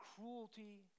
cruelty